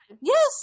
yes